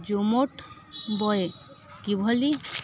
Zomato boy କିଭଳି